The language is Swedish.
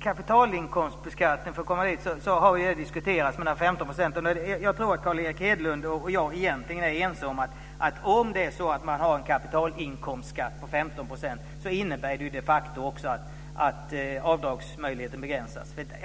kapitalinkomstbeskattning har de 15 procenten diskuterats. Jag tror att Carl Erik Hedlund och jag egentligen är ense om att om man har en kapitalinkomstskatt på 15 % innebär det de facto att avdragsmöjligheten begränsas.